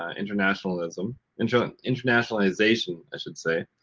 ah internationalism. and so and internationalization, i should say.